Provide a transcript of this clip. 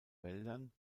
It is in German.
wäldern